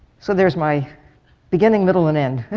so there's my beginning, middle and end.